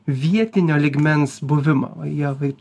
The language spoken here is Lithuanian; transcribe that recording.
vietinio lygmens buvimą o ievai